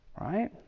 Right